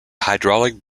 hydraulic